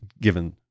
Given